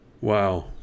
Wow